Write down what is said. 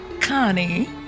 Connie